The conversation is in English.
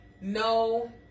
no